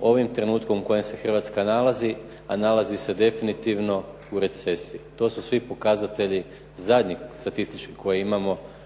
ovim trenutkom u kojem se Hrvatska nalazi, a nalazi se definitivno u recesiji. To su svi pokazatelji zadnji statički koji imamo,